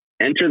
enter